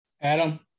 Adam